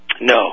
no